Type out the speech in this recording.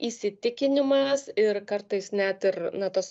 įsitikinimas ir kartais net ir na tas